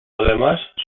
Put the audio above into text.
además